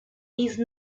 these